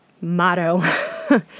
motto